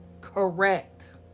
Correct